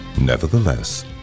Nevertheless